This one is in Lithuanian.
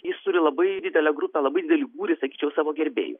jis turi labai didelę grupę labai didelį būrį sakyčiau savo gerbėjų